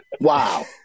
Wow